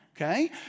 Okay